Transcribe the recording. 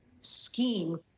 scheme